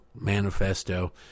manifesto